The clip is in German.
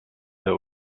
der